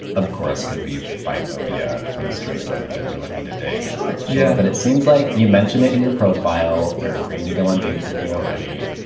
of course, could be by phobia from straight women that you're looking today. sure. yeah. but it seems like you mentioned it in your profile. they're agreeing to go on dates with you already.